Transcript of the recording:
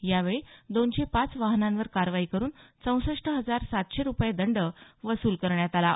यावेळी दोनशे पाच वाहनांवर कारवाई करून चौसष्ट हजार सातशे रूपये दंड वसूल करण्यात आला आहे